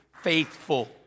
faithful